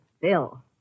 Bill